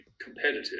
competitive